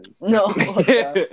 No